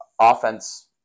offense